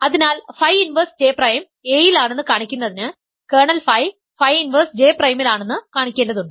അതിനാൽ phi inverse J prime A യിലാണെന്ന് കാണിക്കുന്നതിന് kernel phi phi inverse J പ്രൈമിലാണെന്ന് കാണിക്കേണ്ടതുണ്ട്